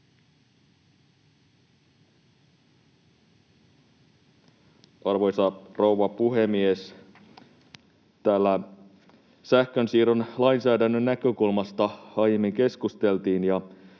Arvoisa rouva puhemies! Täällä sähkönsiirron lainsäädännön näkökulmasta aiemmin keskusteltiin,